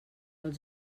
els